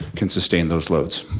can sustain those loads.